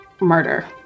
murder